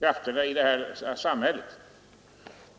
krafterna i samhället.